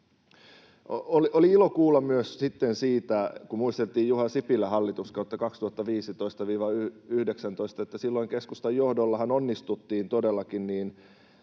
Oli ilo kuulla myös sitten siitä, kun muisteltiin Juha Sipilän hallituskautta 2015—2019, että silloin keskustan johdollahan onnistuttiin todellakin